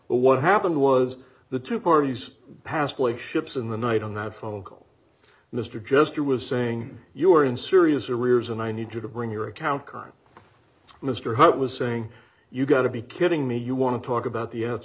what happened was the two parties passably ships in the night on that phone call mr jester was saying you are in serious arrears and i need you to bring your account crime mr hart was saying you got to be kidding me you want to talk about the ants